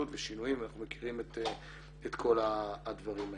ושינויים ואנחנו מכירים את כל הדברים האלה.